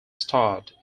starred